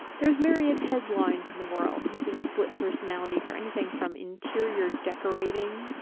there's myriad headlines in the world using split personality for anything from interior decorating,